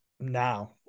now